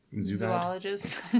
zoologist